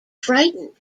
frightened